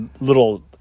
little